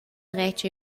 dretg